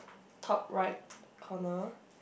top right corner